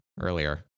earlier